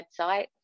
website